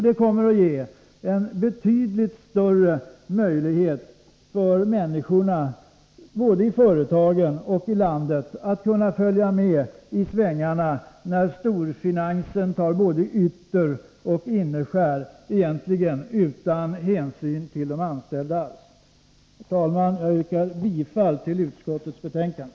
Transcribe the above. Det kommer att ge en betydligt större möjlighet för människorna, både i företagen och i landet, att kunna följa med i svängarna när storfinansen tar både ytteroch innerskär, egentligen utan någon hänsyn till de anställda. Herr talman! Jag yrkar bifall till utskottets hemställan.